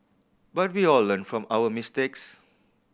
but we all learn from our mistakes